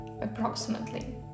approximately